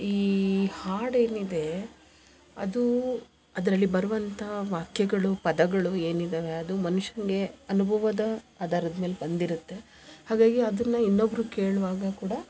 ಈ ಹಾಡೇನಿದೆ ಅದು ಅದರಲ್ಲಿ ಬರುವಂಥಾ ವಾಕ್ಯಗಳು ಪದಗಳು ಏನಿದಾವೆ ಅದು ಮನುಷ್ಯನಿಗೆ ಅನುಭವದ ಆಧಾರದ ಮೇಲೆ ಬಂದಿರತ್ತೆ ಹಾಗಾಗಿ ಅದನ್ನ ಇನ್ನೊಬ್ರು ಕೇಳುವಾಗ ಕೂಡ